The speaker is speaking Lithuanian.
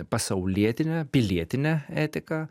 pasaulietinę pilietinę etiką